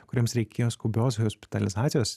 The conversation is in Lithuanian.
kuriems reikėjo skubios hospitalizacijos